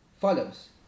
follows